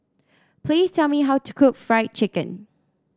please tell me how to cook Fried Chicken